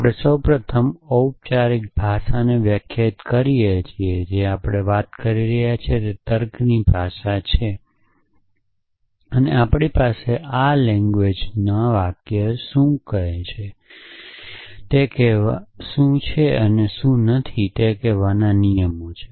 આપણે સૌ પ્રથમ ઑપચારિક ભાષાને વ્યાખ્યાયિત કરીએ છીએ જે આપણે વાત કરી રહ્યા છીએ તે તર્કની ભાષા છે અને આપણી પાસે આ ભાષામાં વાક્ય શું છે અને શું નથી તે કહેવાના નિયમો છે